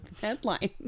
headline